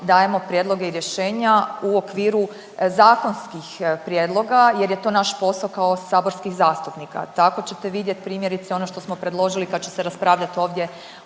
dajemo prijedloge i rješenja u okviru zakonskih prijedloga jer je to naš posao kao saborskih zastupnika. Tako ćete vidjet, primjerice, ono što smo predložili, kad će se raspravljati ovdje